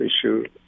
issue